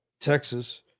Texas